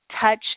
touch